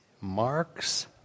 marks